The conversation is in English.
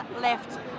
left